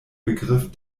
begriff